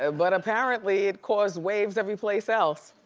ah but apparently it caused waves every place else.